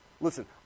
listen